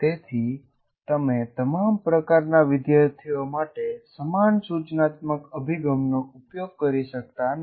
તેથી તમે તમામ પ્રકારના વિદ્યાર્થીઓ માટે સમાન સૂચનાત્મક અભિગમ નો ઉપયોગ કરી શકતા નથી